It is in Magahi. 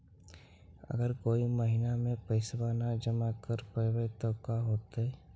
अगर कोई महिना मे पैसबा न जमा कर पईबै त का होतै?